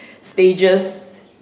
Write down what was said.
stages